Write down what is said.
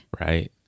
Right